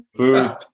Food